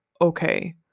okay